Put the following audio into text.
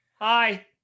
Hi